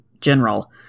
general